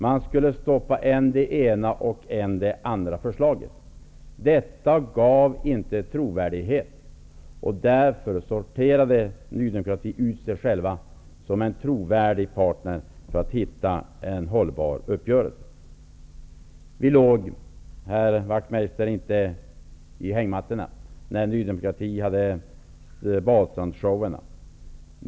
Man skulle stoppa än det ena, än det andra förslaget. Detta skapade inte någon trovärdighet. Ny demokrati sorterade ut sig självt som en trovärdig partner när det gällde att komma till en hållbar uppgörelse. Vi låg inte i hängmattorna, herr Wachtmeister, när Ny demokrati hade badstrandsshower.